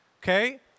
okay